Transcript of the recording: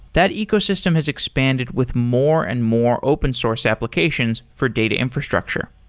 that ecosystem has expanded with more and more open source applications for data infrastructure.